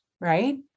right